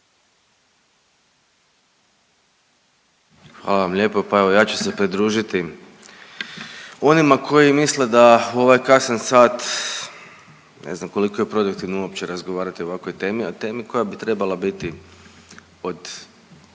Hvala vam lijepo, pa evo ja ću se pridružiti onima koji misle da u ovaj kasni sat, ne znam koliko je produktivno uopće razgovarati o ovakvoj temi, a temi koja bi trebala biti od